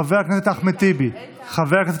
חבר הכנסת אחמד טיבי, בבקשה.